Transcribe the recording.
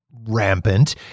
rampant